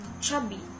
chubby